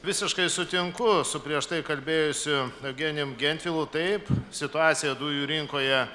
visiškai sutinku su prieš tai kalbėjusiu eugenijum gentvilu taip situacija dujų rinkoje